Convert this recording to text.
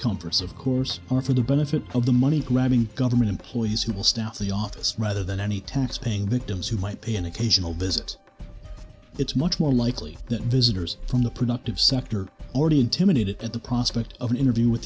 comforts of course are for the benefit of the money grabbing government employees who will staff the office rather than any taxpaying victims who might pay an occasional visit it's much more likely that visitors from the productive sector already intimidated at the prospect of an interview with